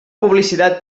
publicitat